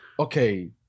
Okay